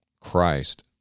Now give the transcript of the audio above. Christ